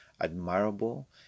admirable